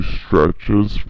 stretches